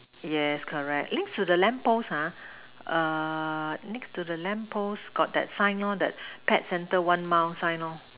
yes correct next to the lamp post ah err next to the lamp post got that sign lor that pet center one mile sign lor